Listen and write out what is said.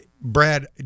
Brad